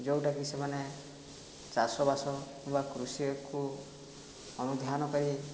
ଯେଉଁଟାକି ସେମାନେ ଚାଷ ବାସ କିମ୍ବା କୃଷିକୁ ଅନୁଧ୍ୟାନ କରି